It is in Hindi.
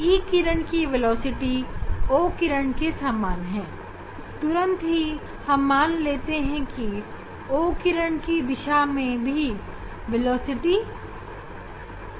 E किरण की वेलोसिटी O किरण के समान है तुरंत ही हम मान लेते हैं कि इस दिशा में O किरण की वेलोसिटी E किरण के समान होगी